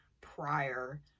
prior